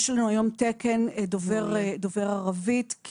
יש לנו היום תקן דובר ערבית,